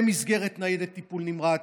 במסגרת ניידת טיפול נמרץ,